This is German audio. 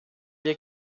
wir